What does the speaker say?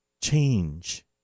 change